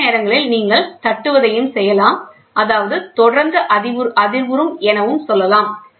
சில நேரங்களில் நீங்கள் தட்டுவதையும் செய்யலாம் அதாவது தொடர்ந்து அதிர்வுறும் எனவும் சொல்லலாம்